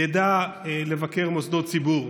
ידע לבקר מוסדות ציבור.